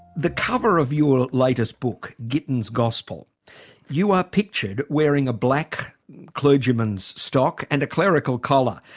the cover of your latest book, gittins' gospel you are pictured wearing a black clergyman's stock and a clerical collar.